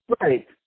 Right